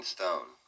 Stone